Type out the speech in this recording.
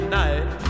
night